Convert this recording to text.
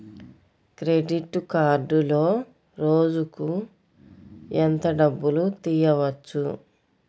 Credit కార్డులో రోజుకు ఎంత డబ్బులు తీయవచ్చు?